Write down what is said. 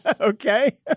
Okay